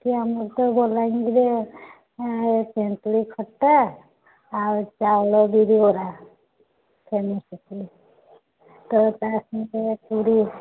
ଆମର ବଲାଙ୍ଗୀର୍ରେ ତେନ୍ତୁଳି ଖଟା ଆଉ ଚାଉଳ ବିରି ବରା ଧନିଆ ଚଟଣି ତ ତା' ସହିତ ପୁରୀ